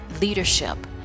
leadership